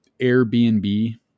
Airbnb